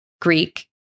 Greek